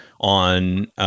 on